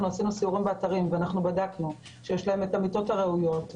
עשינו סיורים באתרים ובדקנו שיש להם את המיטות הראויות,